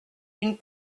une